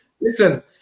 listen